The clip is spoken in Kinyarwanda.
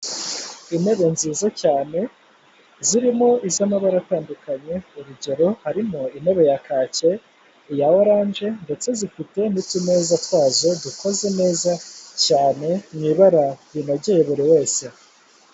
Intebe nziza cyane zirimo iz'amabara atandukanye urugero, harimo intebe ya kacye, iya oranje, ndetse zifite n'utumeza twazo, dukoze neza cyane, mu ibara rinogeye buri wese.